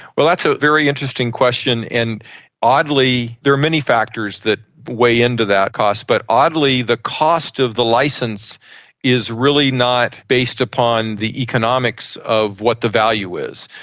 well, that's a very interesting question, and oddly, there are many factors that weigh into that cost, but oddly the cost of the licence is really not based upon the economics of what the value is.